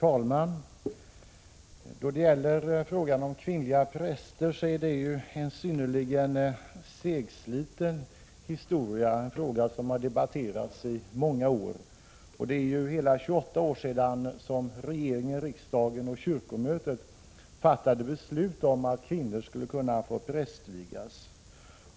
Herr talman! Frågan om kvinnliga präster är ju en synnerligen segsliten historia — en fråga som har debatterats under många år. Det är hela 28 år sedan regeringen, riksdagen och kyrkomötet fattade beslut om att kvinnor skulle kunna få prästvigas.